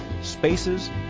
spaces